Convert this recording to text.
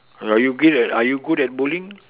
are you good are you good at bowling